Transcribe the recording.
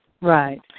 Right